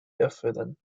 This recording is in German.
erfüllen